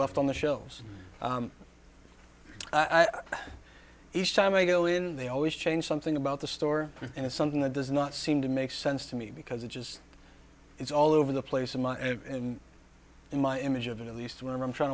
left on the shelves each time i go in they always change something about the store and it's something that does not seem to make sense to me because it just it's all over the place in my and in my image of it at least when i'm trying